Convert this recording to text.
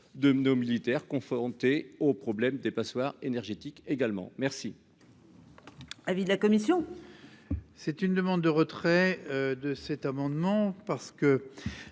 de nos militaires confrontés au problème des passoires énergétiques également merci.